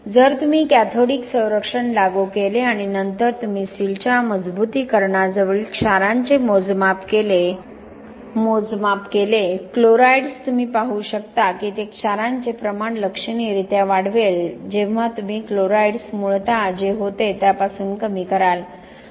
जर तुम्ही कॅथोडिक संरक्षण लागू केले आणि नंतर तुम्ही स्टीलच्या मजबुतीकरणाजवळील क्षारांचे मोजमाप केले क्लोराईड्स तुम्ही पाहू शकता की ते क्षारांचे प्रमाण लक्षणीयरीत्या वाढवेल जेव्हा तुम्ही क्लोराईड्स मूळतः जे होते त्यापासून कमी कराल